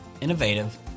innovative